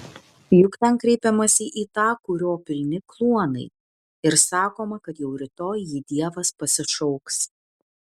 juk ten kreipiamasi į tą kurio pilni kluonai ir sakoma kad jau rytoj jį dievas pasišauks